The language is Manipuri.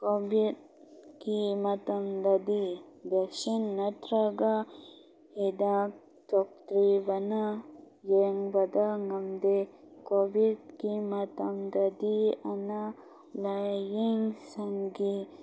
ꯀꯣꯕꯤꯠꯀꯤ ꯃꯇꯝꯗꯗꯤ ꯕꯦꯛꯁꯤꯟ ꯅꯠꯇꯔꯒ ꯍꯤꯗꯥꯛ ꯊꯣꯛꯇꯔꯤꯕꯅ ꯌꯦꯡꯕꯗ ꯉꯝꯗꯦ ꯀꯣꯕꯤꯠꯀꯤ ꯃꯇꯝꯗꯗꯤ ꯑꯅꯥ ꯂꯥꯏꯌꯦꯡꯁꯪꯒꯤ